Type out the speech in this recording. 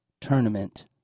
tournament